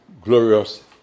glorious